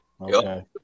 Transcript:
Okay